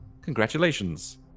congratulations